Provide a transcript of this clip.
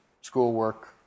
schoolwork